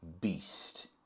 beast